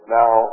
now